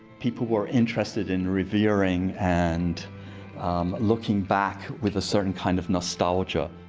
people were interested in revering and looking back with a certain kind of nostalgia.